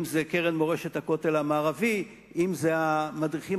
אם קרן מורשת הכותל המערבי ואם המדריכים